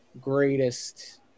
greatest